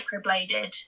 microbladed